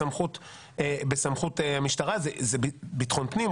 בסמכות המשטרה זה ביטחון פנים,